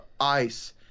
ICE